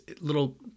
little